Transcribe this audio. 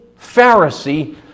Pharisee